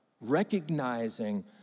recognizing